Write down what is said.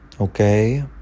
Okay